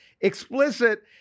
explicit